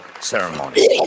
ceremony